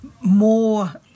more